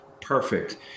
Perfect